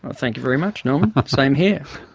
ah thank you very much norman, same here.